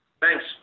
Thanks